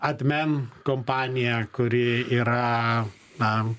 admen kompanija kuri yra na